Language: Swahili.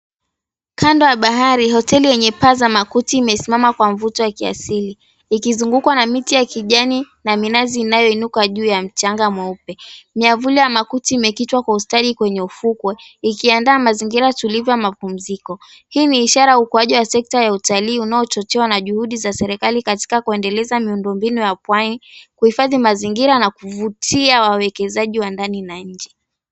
Kando ya bahari hoteli wenye paa za makuti imesimama kwa mvuto wa kiasili. Ikizungukwa na miti ya kijani na minazi inayoinuka juu ya mchanga mweupe. Miavuli ya makuti imekitwa kwa ustadi kwenye ufukwe ikiandaa mazingira tulivu ya mapumziko. Hii ni ishara ya ukuaji wa sekta ya utalii unaochochewa na juhudi za serikali katika kuendeleza miundombinu ya pwani kuhifadhi mazingira na kuvutia wawekezaji wa ndani na nje.